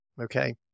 Okay